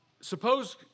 suppose